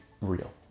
real